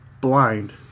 Blind